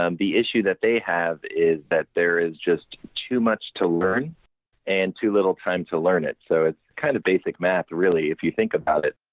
um the issue that they have is that there is just too much to learn and too little time to learn it. so it's kind of basic math really if you think about it.